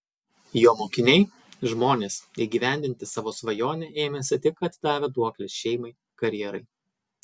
jo mokiniai žmonės įgyvendinti savo svajonę ėmęsi tik atidavę duoklę šeimai karjerai